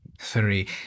three